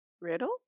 Riddle